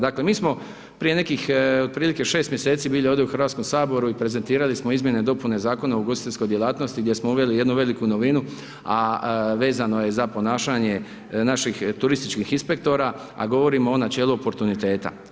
Dakle, mi smo prije nekih otprilike 6 mjeseci bili ovdje u HS i prezentirali smo izmjene i dopune Zakona o ugostiteljskoj djelatnosti gdje smo uveli jednu veliku novinu, a vezano je za ponašanje naših turističkih inspektora, a govorimo o načelu portuniteta.